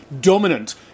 dominant